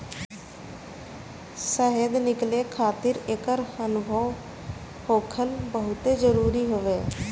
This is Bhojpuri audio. शहद निकाले खातिर एकर अनुभव होखल बहुते जरुरी हवे